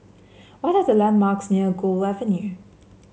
what are the landmarks near Gul Avenue